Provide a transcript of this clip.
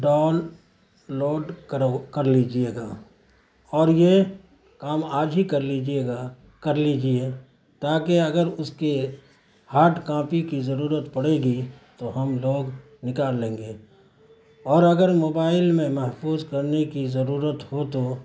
down load کرو کر لیجیے گا اور یہ کام آج ہی کر لیجیے گا کر لیجیے تاکہ اگر اس کی ہارڈ کانپی کی ضرورت پڑے گی تو ہم لوگ نکال لیں گے اور اگر موبائل میں محفوظ کرنے کی ضرورت ہو تو